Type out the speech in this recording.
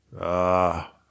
Ah